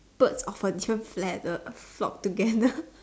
birds of a different feather flock together